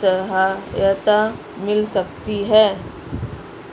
सहायता मिल सकती है?